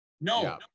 No